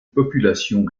population